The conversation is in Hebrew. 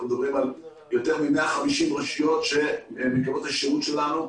אנחנו מדברים על יותר מ-150 רשויות שמקבלות את השירות שלנו,